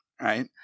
right